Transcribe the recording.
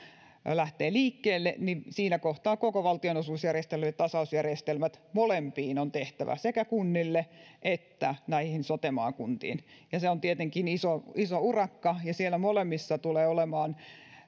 lähtee liikkeelle niin siinä kohtaa koko valtionosuusjärjestelyt ja tasausjärjestelmät on tehtävä molempiin sekä kunnille että näihin sote maakuntiin ja se on tietenkin iso iso urakka ja siellä molemmissa tulee olemaan